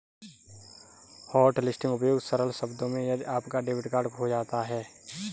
hotlisting उपयोग सरल शब्दों में यदि आपका डेबिट कार्ड खो जाता है